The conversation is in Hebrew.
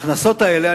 ההכנסות האלה,